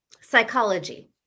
psychology